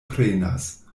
prenas